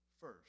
first